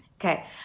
Okay